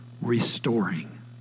restoring